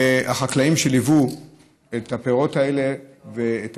והחקלאים שליוו את הפירות האלה ואת